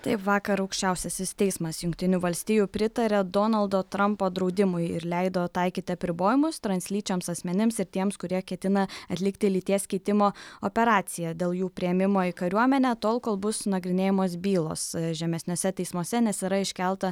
taip vakar aukščiausiasis teismas jungtinių valstijų pritaria donaldo trampo draudimui ir leido taikyti apribojimus translyčiams asmenims ir tiems kurie ketina atlikti lyties keitimo operaciją dėl jų priėmimo į kariuomenę tol kol bus nagrinėjamos bylos žemesniuose teismuose nes yra iškelta